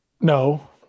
No